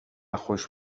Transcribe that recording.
خوش